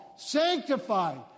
sanctified